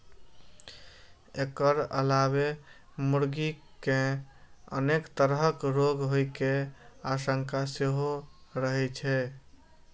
एकर अलावे मुर्गी कें अनेक तरहक रोग होइ के आशंका सेहो रहै छै